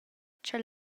cha